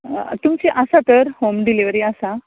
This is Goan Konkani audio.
तुमची आसा तर होम डिलीवरी आसा